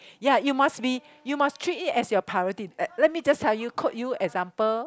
ya you must be you must treat it as your priority let me just tell you quote you example